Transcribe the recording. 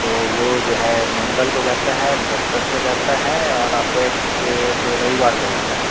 तो वह जो है मंगल को जाता है बृहस्पत को जाता है और आपको एक रविवार को जाता है